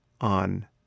on